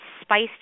spiced